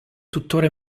tuttora